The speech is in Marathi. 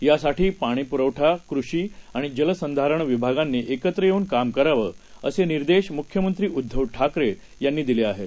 यासाठीपाणीपुरवठा कृषीआणिजलसंधारणविभागांनीक्वित्रयेऊनकाम करावं असेनिर्देशमुख्यमंत्रीउद्घवठाकरेयांनीदिलेआहेत